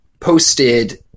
posted